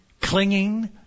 clinging